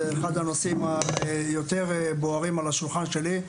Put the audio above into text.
זה אחד הנושאים היותר בוערים על השולחן שלי.